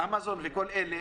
אמזון וכל אלה,